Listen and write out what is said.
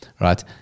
Right